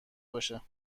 باشه